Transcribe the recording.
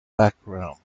background